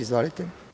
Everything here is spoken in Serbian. Izvolite.